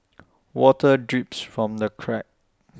water drips from the cracks